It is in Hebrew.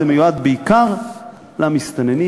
זה מיועד בעיקר למסתננים